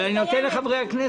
אבל אני נותן לחברי הכנסת.